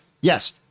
Yes